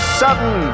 sudden